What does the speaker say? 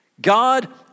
God